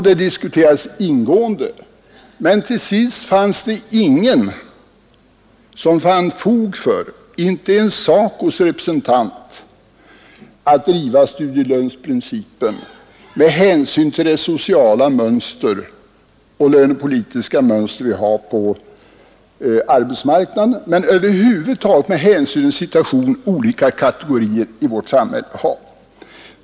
Det diskuterades ingående, men till sist fanns det ingen — inte ens SACO:s representant — som fann fog för att driva studielönsprincipen med hänsyn till det sociala och lönepolitiska mönster vi har på arbetsmarknaden och över huvud taget med hänsyn till den situation olika kategorier i vårt samhälle har.